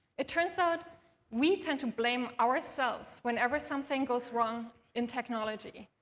it turns out we tend to blame ourselves whenever something goes wrong in technology,